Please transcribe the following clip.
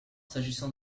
s’agissant